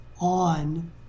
on